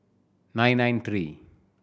nine nine three